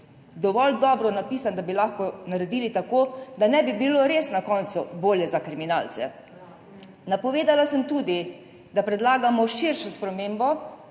dovolj dobro napisan, da bi lahko naredili tako, da ne bi bilo res na koncu bolje za kriminalce. Napovedala sem tudi, da predlagamo širšo spremembo